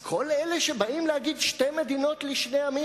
כל אלה שבאים להגיד שתי מדינות לשני עמים,